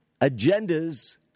agendas